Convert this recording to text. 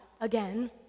again